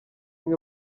mwe